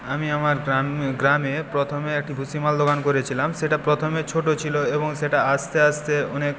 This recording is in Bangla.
আমি আমার গ্রাম গ্রামে প্রথমে একটি ভুসিমাল দোকান করেছিলাম সেটা প্রথমে ছোটো ছিল এবং সেটা আস্তে আস্তে অনেক